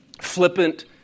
flippant